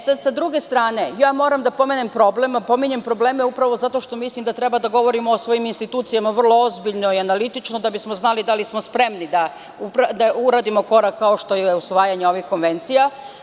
Sa druge strane, moram da pomenem problem, a pominjem probleme upravo zato što mislim da treba da govorimo o svojim institucijama vrlo ozbiljno i analitično da bismo znali da li smo spremni da uradimo korak kao što je usvajanje ovih konvencija.